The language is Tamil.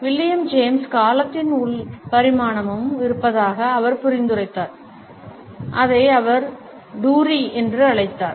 வில்லியம் ஜேம்ஸ் காலத்தின் உள் பரிமாணமும் இருப்பதாக அவர் பரிந்துரைத்தார் அதை அவர் டூரி என்று அழைத்தார்